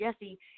Jesse